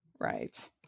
right